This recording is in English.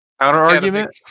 Counter-argument